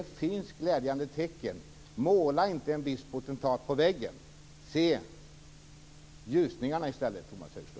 Det finns alltså glädjande tecken, så måla inte en viss potentat på väggen utan se i stället ljusningarna, Tomas Högström!